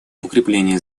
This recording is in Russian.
укрепление